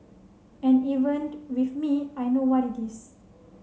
and evened with me I know what it is